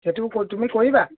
সেইটো তুমি কৰিবা